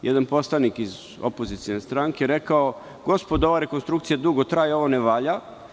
Jedan poslanik iz opozicione stranke je rekao: „Gospodo, ova rekonstrukcija dugo traje, ovo ne valja.